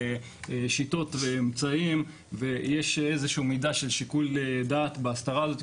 שיטות ואמצעים ויש איזה שהיא מידה של שיקול דעת בהסתרה הזאת,